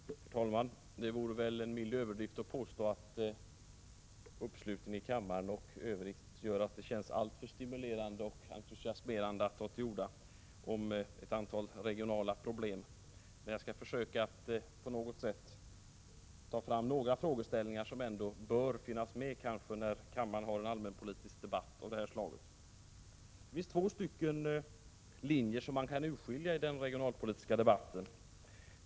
Herr talman! Det vore en mild överdrift att påstå att uppslutningen i kammaren och i övrigt gör att det känns stimulerande och entusiasmerande att ta till orda om ett antal regionala problem. Men jag skulle försöka ta fram några frågeställningar som bör finnas med när kammaren har en allmänpolitisk debatt av detta slag. Man kan urskilja två linjer i den regionalpolitiska debatten.